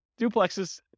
duplexes